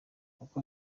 uko